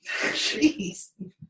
Jeez